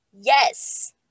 Yes